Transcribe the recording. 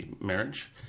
marriage